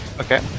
Okay